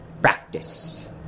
practice